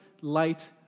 light